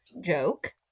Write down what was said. joke